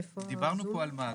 דיברנו פה על מאגר,